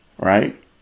Right